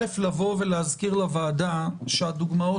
אני מבקש להזכיר לוועדת החריגים שהדוגמאות